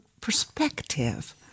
perspective